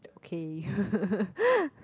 okay